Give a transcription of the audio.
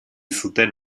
zuten